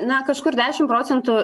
na kažkur dešimprocentų